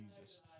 Jesus